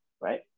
Right